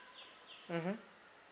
mmhmm